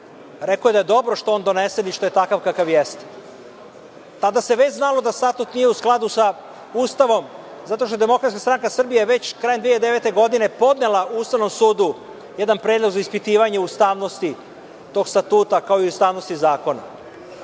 Rekao je da je dobro što je on donesen i što je takav kakav jeste. Tada se već znalo da statut nije u skladu sa Ustavom, zato što je DSS već krajem 2009. godine podnela Ustavnom sudu jedan predlog za ispitivanje ustavnosti tog statuta, kao i ustavnosti zakona.